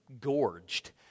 gorged